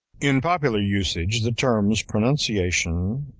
in popular usage the terms pronunciation,